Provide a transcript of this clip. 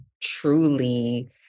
truly